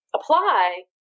apply